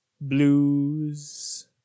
blues